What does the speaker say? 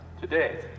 today